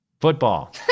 Football